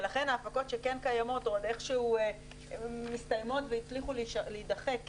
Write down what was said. ולכן ההפקות שכן קיימות או עוד איכשהו מסתיימות והצליחו להידחה,